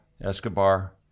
Escobar